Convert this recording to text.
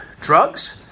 drugs